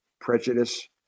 prejudice